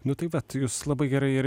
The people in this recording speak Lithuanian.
nu tai vat jūs labai gerai ir